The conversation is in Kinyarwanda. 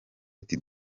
ati